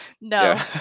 No